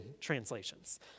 translations